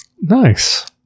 Nice